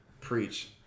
preach